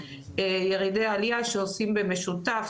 ירידי עלייה שעושים במשותף,